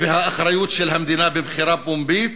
והאחריות של המדינה במכירה פומבית,